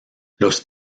los